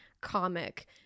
comic